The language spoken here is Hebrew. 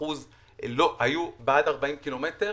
90% היו עד 40 ק"מ,